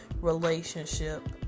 relationship